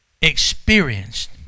experienced